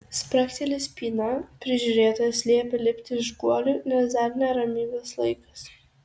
spragteli spyna prižiūrėtojas liepia lipti iš guolių nes dar ne ramybės laikas